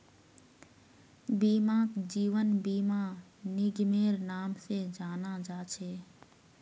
बीमाक जीवन बीमा निगमेर नाम से जाना जा छे